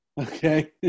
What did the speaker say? Okay